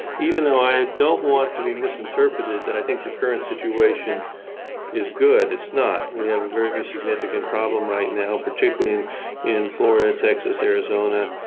even though i don't want to be misinterpreted that i think the current situation is good it's not. we have a very significant problem right now, particularly and in florida, texas, arizona,